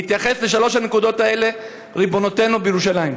תתייחס לשלוש הנקודות האלה: ריבונותנו בירושלים.